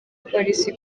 polisi